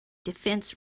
defense